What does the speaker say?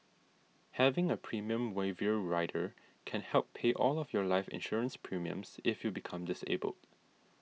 having a premium waiver rider can help pay all of your life insurance premiums if you become disabled